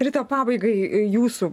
rita pabaigai jūsų